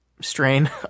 strain